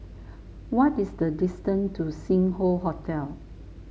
what is the distance to Sing Hoe Hotel